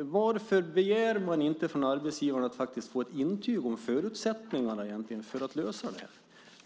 Varför begär man inte från arbetsgivaren att faktiskt få ett intyg om förutsättningarna för att lösa det här?